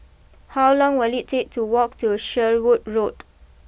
how long will it take to walk to Sherwood Road